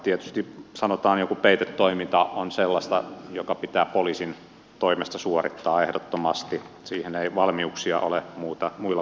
tietysti sanotaan joku peitetoiminta on sellaista joka pitää poliisin toimesta suorittaa ehdottomasti siihen ei valmiuksia ole muilla kuin poliiseilla